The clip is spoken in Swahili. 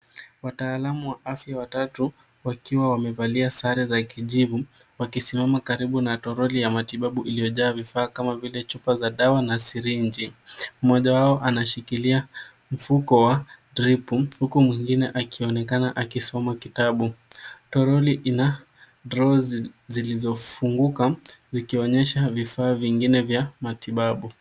Wataalamu wa afya watatu wakiwa wamevalia sare za kijivu wakisimama karibu na toroli ya matibabu iliyojaa vifaa kama vile chupa za dawa na sirinji. Mmoja wao anashikilia mfuko wa dripu huku mwengine akionekana akisoma kitabu. Toroli ina draw zilizofunguka zikionyesha vifaa vingine vya matibabu.